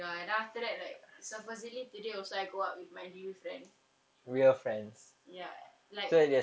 ya and then after that like supposedly today also go out with my N_D_U friend we're friends ya like